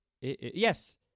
Yes